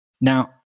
Now